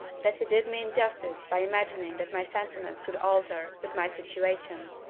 that he did me injustice by imagining that my sentiments could alter with my situation.